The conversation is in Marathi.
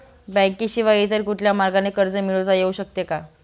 बँकेशिवाय इतर कुठल्या मार्गाने कर्ज मिळविता येऊ शकते का?